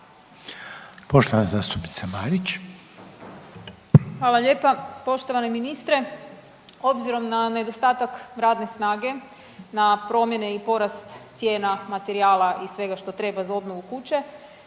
Andreja (SDP)** Hvala lijepa. Poštovani ministre, obzirom na nedostatak radne snage, na promjene i porast cijena materijala i svega što treba za obnovu kuće